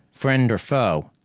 friend or foe,